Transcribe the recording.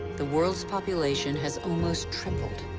the world's population has almost tripled.